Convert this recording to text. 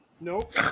Nope